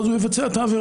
אז הוא יבצע את העבירה.